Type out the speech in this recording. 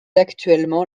actuellement